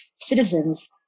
citizens